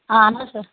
اہن حظ أ